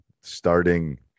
starting